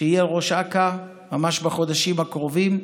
שיהיה ראש אכ"א ממש בחודשים הקרובים,